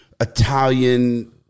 Italian